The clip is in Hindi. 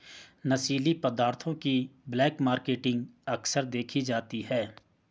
नशीली पदार्थों की ब्लैक मार्केटिंग अक्सर देखी जाती है